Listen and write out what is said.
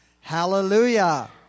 Hallelujah